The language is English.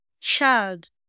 child